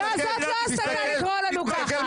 לא, זאת לא הסתה לקרוא לנו ככה.